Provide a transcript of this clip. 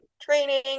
training